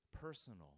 personal